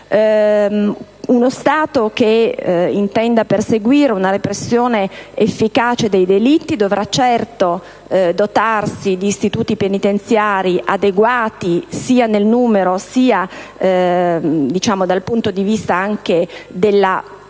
Uno Stato che intenda perseguire una repressione efficace dei delitti dovrà certo dotarsi di istituti penitenziari adeguati sia nel numero, sia dal punto di vista anche della